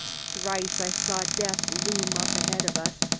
thrice i saw death loom up ahead of us,